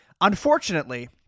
Unfortunately